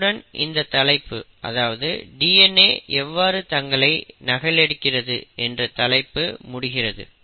இத்துடன் இந்த தலைப்பு அதாவது DNA எவ்வாறு தங்களை நகல் எடுக்கிறது என்ற தலைப்பு முடிகிறது